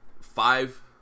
five